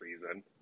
season